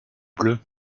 bleus